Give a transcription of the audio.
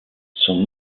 son